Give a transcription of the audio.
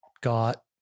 got